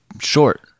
short